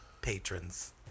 patrons